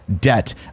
debt